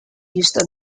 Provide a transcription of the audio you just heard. used